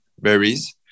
berries